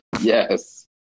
yes